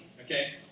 okay